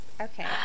Okay